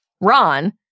Ron